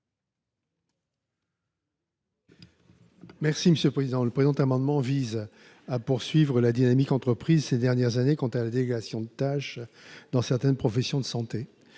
est à M. Alain Milon. Le présent amendement vise à poursuivre la dynamique entreprise ces dernières années quant à la délégation de tâches dans certaines professions de santé.